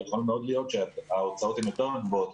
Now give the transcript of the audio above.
יכול מאוד להיות שההוצאות הן יותר גבוהות